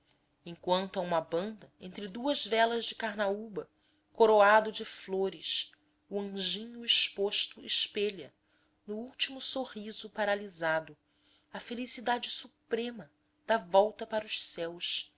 enquanto a uma banda entre duas velas de carnaúba coroado de flores o anjinho exposto espelha no último sorriso paralisado a felicidade suprema da volta para os céus